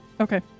Okay